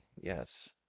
yes